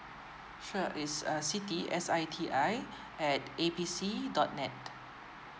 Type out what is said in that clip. sure it's uh siti S I T I at A B C dot net